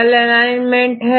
अब एलाइनमेंट क्या है देखते हैं